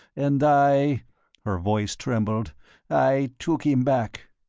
and i her voice trembled i took him back.